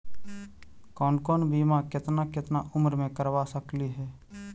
कौन कौन बिमा केतना केतना उम्र मे करबा सकली हे?